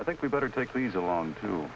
i think we better take these along to